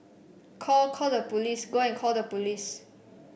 call call the police go and call the police